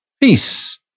Peace